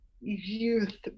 youth